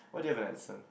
why do you have an accent